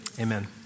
Amen